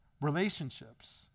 relationships